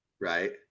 right